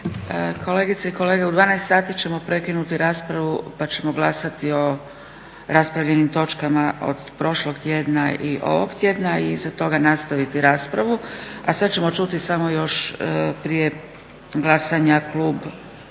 Kolegice i kolege u 12 sati ćemo prekinuti raspravu pa ćemo glasati o raspravljenim točkama od prošlog tjedna i ovog tjedna i iza toga nastaviti raspravu. A sada ćemo čuti samo još prije glasanja Klub